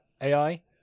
ai